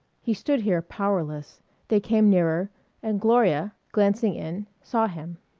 he stood here powerless they came nearer and gloria, glancing in, saw him.